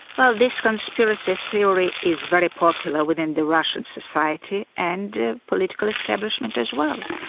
well this conspiracy theory is very popular within the russian society, and political establishment as well.